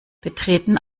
betreten